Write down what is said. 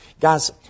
Guys